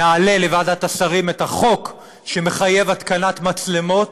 נעלה לוועדת השרים את החוק שמחייב התקנת מצלמות